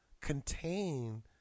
contain